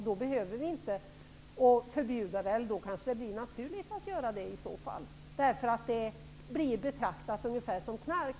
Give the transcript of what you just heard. Då behöver vi inte förbjuda det eller också blir det naturligt att göra det, därför att det blir betraktat ungefär som knark.